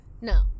No